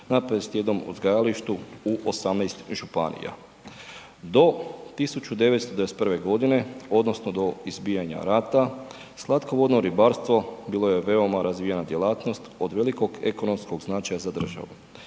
na 51 uzgajalištu u 18 županija. Do 1991. godine, odnosno do izbijanja rata slatkovodno ribarstvo bilo je veoma razvijena djelatnost od velikog ekonomskog značaja za državu.